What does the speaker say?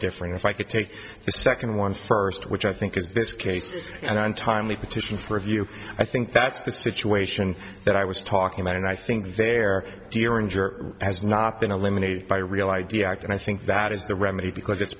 different if i could take the second one first which i think is this case and untimely petition for review i think that's the situation that i was talking about and i think there has not been eliminated by real id act and i think that is the remedy because it's